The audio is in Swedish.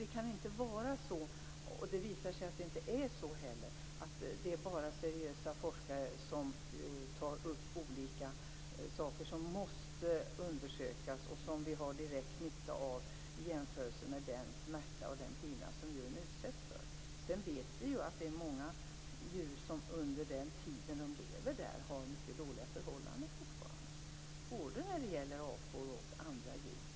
Det kan inte vara så, och det visar sig att det inte heller är så, att det bara är seriösa forskare som tar upp olika saker som måste undersökas och som vi har direkt nytta av i jämförelse med den smärta och pina som djuren utsätts för. Vi vet också att förhållandena för många djur under den tid de lever fortfarande är mycket dåliga. Det gäller både apor och andra djur.